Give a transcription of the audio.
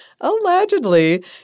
allegedly